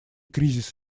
кризис